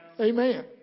Amen